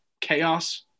chaos